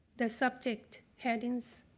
the subject headings.